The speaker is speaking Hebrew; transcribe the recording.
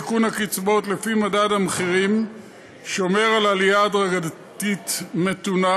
עדכון הקצבאות לפי מדד המחירים שומר על עלייה הדרגתית מתונה,